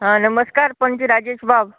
आं नमस्कार पंच राजेश बाब